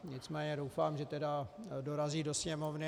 Nicméně doufám, že dorazí do Sněmovny.